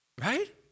Right